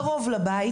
קרוב לבית,